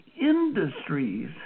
industries